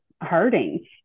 hurting